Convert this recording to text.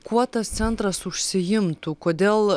kuo tas centras užsiimtų kodėl